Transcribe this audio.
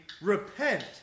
repent